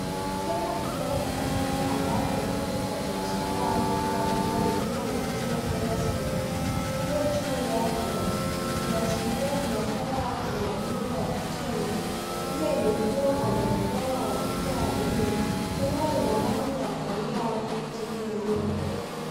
Jengo kubwa la kisasa ambao ni kituo cha biashara au duka kubwa likiwa na jina China square kubwa juu yake, likiashiria biashara au utamaduni wa kichina. Picha imepigwa kwa mwelekeo wa picha ya wima. Jengo lina rangi ya kahawia au kijivu iliyokolea.